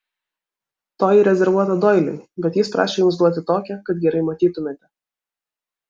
toji rezervuota doiliui bet jis prašė jums duoti tokią kad gerai matytumėte